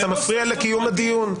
אתה מפריע לקיום הדיון.